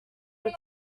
were